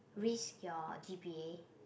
risk your G_P_A